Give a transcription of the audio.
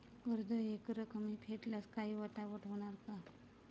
कर्ज एकरकमी फेडल्यास काही वजावट होणार का?